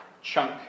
chunk